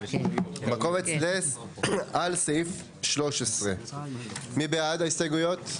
בקובץ על סעיף 13. מי בעד ההסתייגויות?